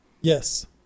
Yes